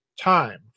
time